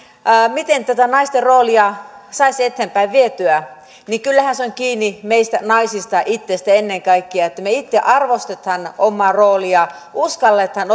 miten tätä naisten roolia saisi eteenpäin vietyä niin kyllähän se on kiinni meistä naisista itsestä ennen kaikkea että me itse arvostamme omaa rooliamme uskallamme